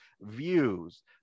views